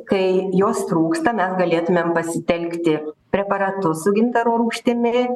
kai jos trūksta mes galėtumėm pasitelkti preparatus su gintaro rūgštimi